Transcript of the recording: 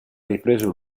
ripreso